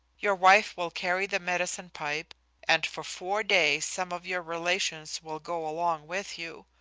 your wife will carry the medicine pipe and for four days some of your relations will go along with you.